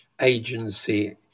agency